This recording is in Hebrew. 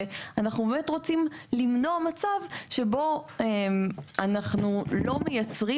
ואנחנו באמת רוצים למנוע מצב שבו אנחנו לא מייצרים